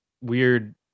weird